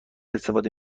استفاده